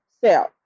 self